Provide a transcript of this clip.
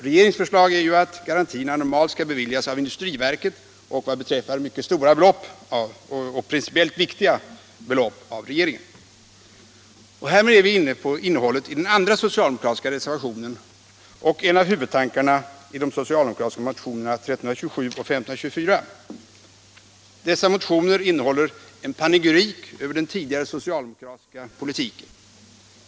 Regeringens förslag är att garantierna normalt skall beviljas av industriverket och, vad beträffar mycket stora och principiellt viktiga belopp, av regeringen. Dessa motioner innehåller en panegyrik över den tidigare socialdemokratiska politiken.